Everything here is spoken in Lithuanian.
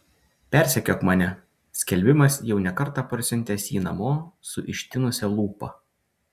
persekiok mane skelbimas jau ne kartą parsiuntęs jį namo su ištinusia lūpa